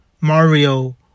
Mario